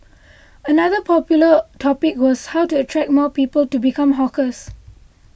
another popular topic was how to attract more people to become hawkers